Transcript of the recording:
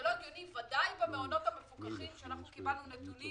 זה לא הגיוני בוודאי במעונות המפוקחים שאנחנו קיבלנו נתונים